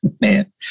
Man